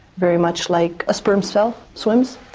very much like a sperm cell swims,